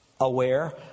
aware